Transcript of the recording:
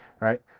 right